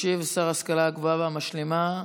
ישיב השר להשכלה גבוהה ומשלימה,